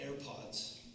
AirPods